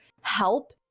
help